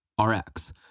Rx